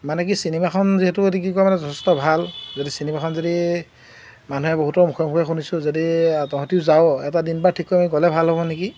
মানে কি চিনেমাখন যিহেতু এইটো কি কয় মানে যথেষ্ট ভাল যদি চিনেমাখন যদি মানুহে বহুতৰ মুখে মুখে শুনিছোঁ যদি তহঁতিও যাওঁ এটা দিনবাৰ ঠিক কৰি আমি গ'লে ভাল হ'ব নেকি